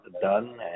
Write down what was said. done